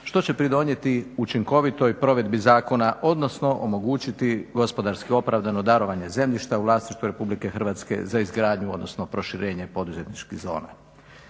što će pridonijeti učinkovitoj provedbi zakona, odnosno omogućiti gospodarski opravdano darovanje zemljišta u vlasništvu Republike Hrvatske za izgradnju odnosno proširenje poduzetničkih zona.